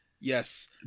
Yes